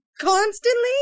Constantly